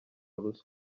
ruswa